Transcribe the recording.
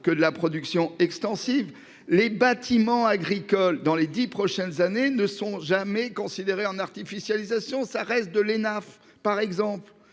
que de la production extensive. Les bâtiments agricoles dans les 10 prochaines années ne sont jamais considéré en artificialisation ça reste de L'Hénaff, par exemple,